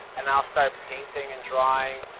and then i'll start painting and drawing